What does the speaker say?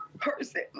person